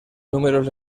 números